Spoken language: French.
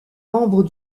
membres